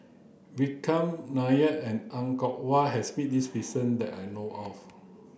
Vikram Nair and Er Kwong Wah has met this that I know of